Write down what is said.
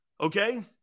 Okay